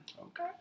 Okay